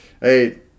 Hey